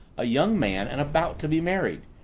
a young man and about to be married?